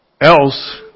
Else